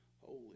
holy